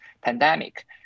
pandemic